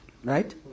Right